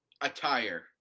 attire